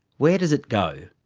where does it go?